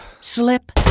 slip